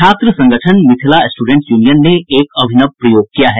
छात्र संगठन Mithila student union ने एक अभिनव प्रयोग किया है